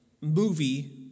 movie